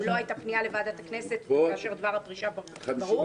לא הייתה פנייה לוועדת הכנסת כאשר דבר הפרישה ברור.